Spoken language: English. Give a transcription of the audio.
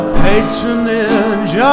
patronage